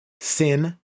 sin